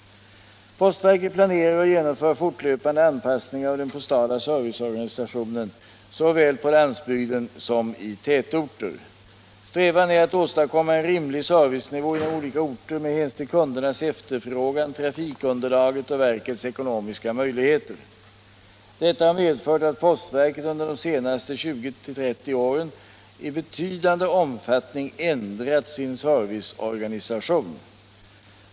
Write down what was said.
Postverket planerar och genomför fortlöpande anpassningar av den postala serviceorganisationen såväl på landsbygden som i tätorter. Strävan är att åstadkomma en rimlig servicenivå inom olika orter med hänsyn till kundernas efterfrågan, trafikunderlaget och verkets ekonomiska möjligheter. Detta har medfört att postverket under de senaste 20-30 åren i betydande omfattning ändrat sin serviceorganisation.